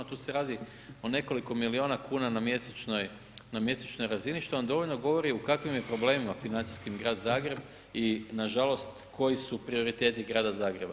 Tu se radi o nekoliko milijuna kuna na mjesečnoj razini što vam dovoljno govori u kakvim je problemima financijskim grad Zagreb i nažalost koji su prioriteti grada Zagreba.